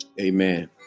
Amen